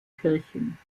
kirchen